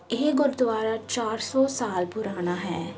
ਇਹ ਗੁਰਦੁਆਰਾ ਚਾਰ ਸੌ ਸਾਲ ਪੁਰਾਣਾ ਹੈ